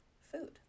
food